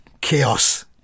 chaos